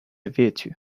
virtue